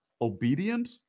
obedient